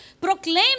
proclaim